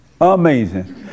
Amazing